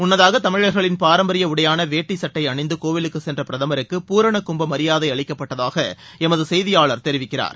முன்னதாக தமிழர்களின் பாரம்பரிய உடையாள வேட்டி சட்டை அணிந்து கோவிலுக்கு சென்ற பிரதமருக்கு பூர்ணகும்ப மரியாதை அளிக்கப்பட்டதாக எமது செய்தியாளர் தெரிவிக்கிறார்